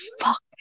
Fuck